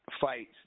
fights